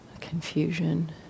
confusion